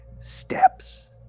steps